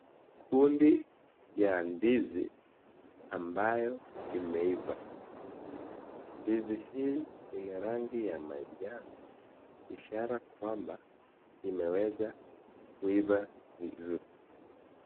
Kundi ya ndizi ambayo imeiva ndizi hii ina rangi ya manjano ishara kwamba imeweza kuiva vizuri.